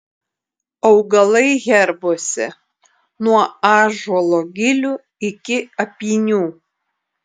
augalai herbuose nuo ąžuolo gilių iki apynių